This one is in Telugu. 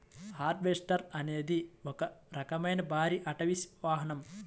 హార్వెస్టర్ అనేది ఒక రకమైన భారీ అటవీ వాహనం